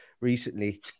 recently